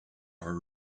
are